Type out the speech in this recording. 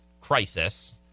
crisis